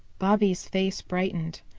bobby's face brightened.